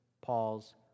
Paul's